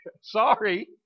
Sorry